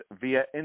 via